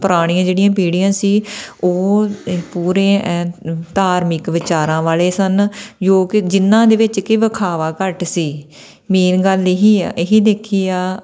ਪੁਰਾਣੀਆਂ ਜਿਹੜੀਆਂ ਪੀੜ੍ਹੀਆਂ ਸੀ ਉਹ ਪੂਰੇ ਐਨ ਧਾਰਮਿਕ ਵਿਚਾਰਾਂ ਵਾਲੇ ਸਨ ਜੋ ਕਿ ਜਿਹਨਾਂ ਵਿੱਚ ਕਿ ਦਿਖਾਵਾ ਘੱਟ ਸੀ ਮੇਨ ਗੱਲ ਇਹੀ ਆ ਇਹੀ ਦੇਖੀ ਆ